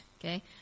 okay